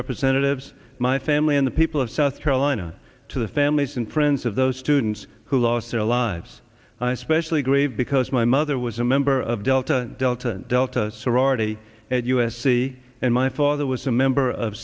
representatives my family and the people of south carolina to the families and friends of those students who lost their lives and i specially grieve because my mother was a member of delta delta delta sorority at u s c and my father was a member of